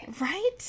Right